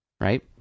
Right